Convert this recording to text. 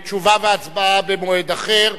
תשובה והצבעה במועד אחר.